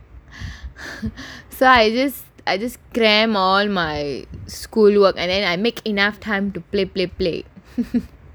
so I just I just cram all my schoolwork and then I make enough time to play play play